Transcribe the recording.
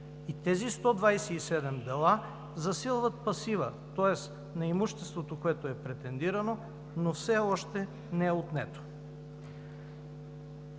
И тези 127 дела засилват пасива, тоест на имуществото, което е претендирано, но все още не е отнето.